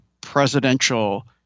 presidential